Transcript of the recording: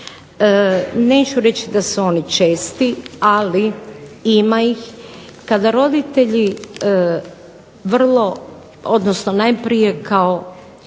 neću reći da su oni česti, ali ima ih, kada roditelji najprije kao